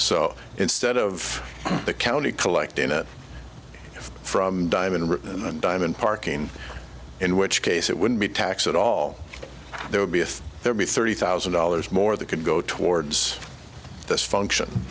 so instead of the county collecting it from diamond written and diamond parking in which case it wouldn't be taxed at all there would be if there be thirty thousand dollars more that could go towards this function